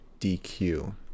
DQ